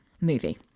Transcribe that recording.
movie